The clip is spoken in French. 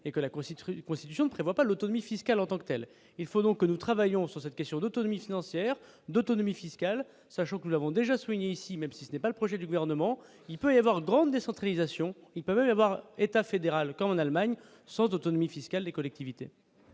et que la constitution prévoit pas l'autonomie fiscale en tant que telle, il faut donc que nous travaillons sur cette question d'autonomie financière d'autonomie fiscale, sachant que nous avons déjà soigné ici, même si ce n'est pas le projet du gouvernement, il peut y avoir une grande décentralisation, il peut y avoir un état fédéral qu'en Allemagne sans d'autonomie fiscale des collectivités.